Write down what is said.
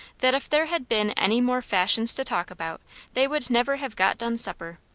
that if there had been any more fashions to talk about they would never have got done supper.